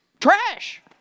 trash